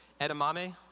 edamame